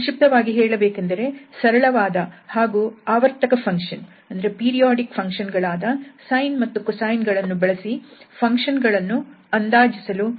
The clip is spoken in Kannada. ಸಂಕ್ಷಿಪ್ತವಾಗಿ ಹೇಳಬೇಕೆಂದರೆ ಸರಳವಾದ ಹಾಗೂ ಆವರ್ತಕ ಫಂಕ್ಷನ್ ಗಳಾದ ಸೈನ್ ಮತ್ತು ಕೊಸೈನ್ ಗಳನ್ನು ಬಳಸಿ ಫಂಕ್ಷನ್ ಗಳನ್ನು ಅಂದಾಜಿಸಲು ನಾವು ಫೊರಿಯರ್ ಸೀರೀಸ್ ಅನ್ನು ಬಳಸುತ್ತೇವೆ